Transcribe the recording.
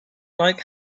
like